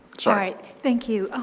right. thank you.